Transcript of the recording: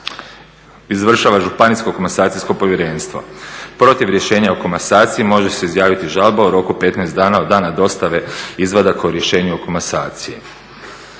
izvršava Županijsko komasacijsko povjerenstvo. Protiv rješenja o komasaciji može se izjaviti žalba u roku od 15 dana od dana dostave izvadaka o rješenju o komasaciji.